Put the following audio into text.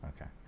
Okay